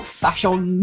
fashion